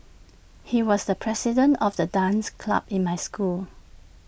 he was the president of the dance club in my school